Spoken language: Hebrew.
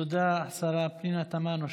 תודה לשרה פנינה תמנו שטה.